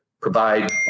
provide